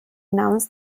announce